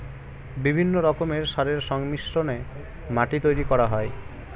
বিভিন্ন রকমের সারের সংমিশ্রণে মাটি তৈরি করা হয়